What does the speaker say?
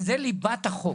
זה ליבת החוק.